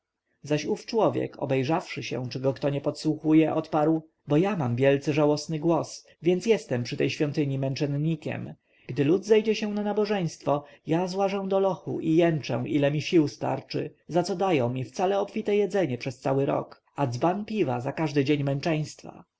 zaś ów człowiek obejrzawszy się czy go kto nie podsłuchuje odparł bo ja mam wielce żałosny głos więc jestem przy tej świątyni męczennikiem gdy lud zejdzie się na nabożeństwo ja włażę do lochu i jęczę ile mi sił starczy za co dają mi wcale obfite jedzenie przez cały rok a dzban piwa za każdy dzień męczeństwa